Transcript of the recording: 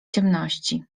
ciemności